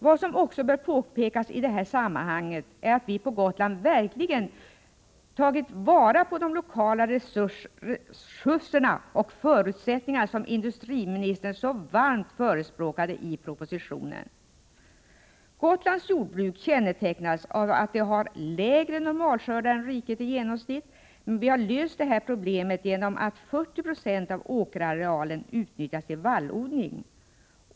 Vad som också bör påpekas i detta sammanhang är att vi på Gotland verkligen tagit till vara de lokala resurserna och förutsättningarna, något som industriministern så varmt förespråkar i propositionen. Gotlands jordbruk kännetecknas av att det har lägre normalskördar än riket i genomsnitt. Men vi har löst detta problem genom att 40 26 av åkerarealen utnyttjas till vallodling.